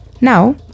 Now